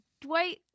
Dwight